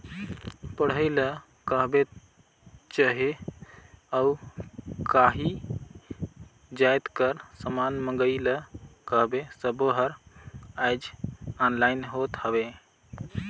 पढ़ई ल कहबे चहे अउ काहीं जाएत कर समान मंगई ल कहबे सब्बों हर आएज ऑनलाईन होत हवें